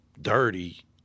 dirty